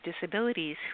disabilities